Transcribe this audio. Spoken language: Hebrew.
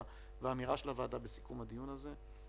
והאמירה של הוועדה בסיכום הדיון הזה,